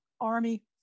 Army